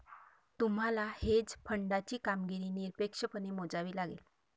तुम्हाला हेज फंडाची कामगिरी निरपेक्षपणे मोजावी लागेल